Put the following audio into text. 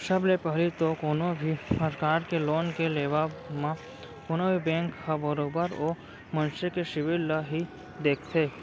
सब ले पहिली तो कोनो भी परकार के लोन के लेबव म कोनो भी बेंक ह बरोबर ओ मनसे के सिविल ल ही देखथे